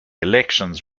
elections